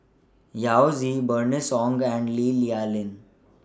Yao Zi Bernice Ong and Lee Li Lian